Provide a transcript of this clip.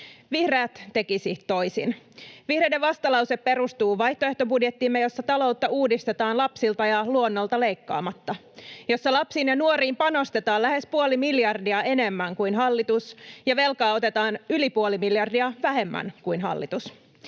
Vihreät tekisivät toisin. Vihreiden vastalause perustuu vaihtoehtobudjettiimme, jossa taloutta uudistetaan lapsilta ja luonnolta leikkaamatta, jossa lapsiin ja nuoriin panostetaan lähes puoli miljardia enemmän kuin hallitus, velkaa otetaan yli puoli miljardia vähemmän kuin hallitus